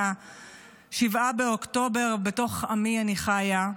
מ-7 באוקטובר בתוך עמי אני חיה,